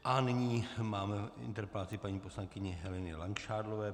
A nyní máme interpelaci paní poslankyně Heleny Langšádlové.